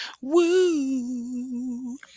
Woo